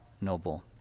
noble